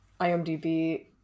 IMDB